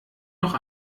noch